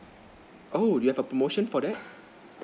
oh do you have a promotion for that